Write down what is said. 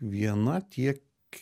viena tiek